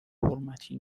حرمتی